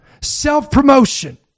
self-promotion